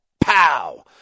pow